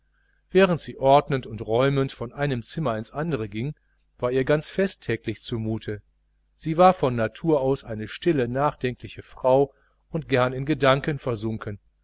während sie ordnend und räumend von einem zimmer ins andere ging war ihr ganz festtäglich zu mute sie war von natur eine stille nachdenkliche frau und gern in gedanken versunken